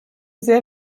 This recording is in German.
sehr